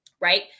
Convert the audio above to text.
right